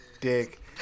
dick